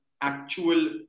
actual